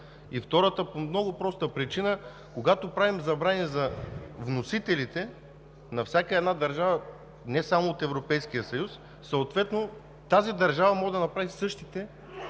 Втората много проста причина е, че когато правим забрани за вносителите на всяка една държава, не само от Европейския съюз, съответно тази държава може да направи същите